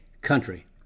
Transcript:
country